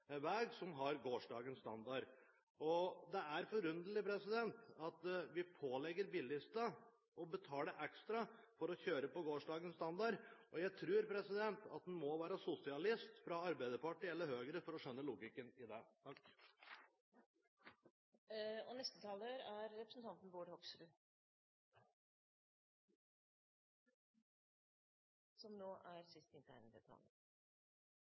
som har gårsdagens standard. Det er forunderlig at vi pålegger bilistene å betale ekstra for å kjøre på gårsdagens standard, og jeg tror at man må være sosialist fra Arbeiderpartiet eller Høyre for å skjønne logikken i det. Takk for det. Jeg måtte ta ordet når statsråden ikke vil fortelle hvor mye ekstrakostnadene er utover de 30–35 mill. kr og